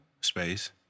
Space